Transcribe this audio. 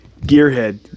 gearhead